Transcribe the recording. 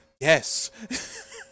Yes